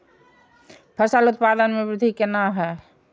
फसल उत्पादन में वृद्धि केना हैं?